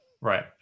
Right